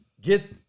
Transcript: get